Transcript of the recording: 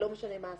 לא משנה מה הסיבה,